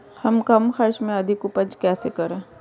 हम कम खर्च में अधिक उपज कैसे करें?